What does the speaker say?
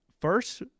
first